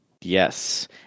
Yes